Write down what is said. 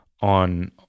on